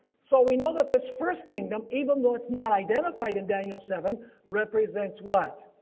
so we know that this first kingdom even though it's not identified in daniel seven represents what,